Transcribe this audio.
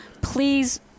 Please